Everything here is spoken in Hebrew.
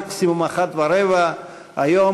מקסימום 13:15 היום,